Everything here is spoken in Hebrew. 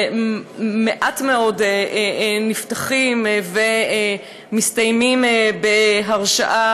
ומעט מאוד נפתחים ומסתיימים בהרשעה,